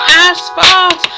asphalt